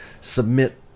submit